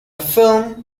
film